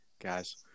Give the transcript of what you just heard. guys